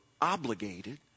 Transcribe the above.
obligated